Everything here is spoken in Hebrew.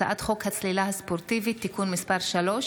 הצעת חוק הצלילה הספורטיבית (תיקון מס' 3),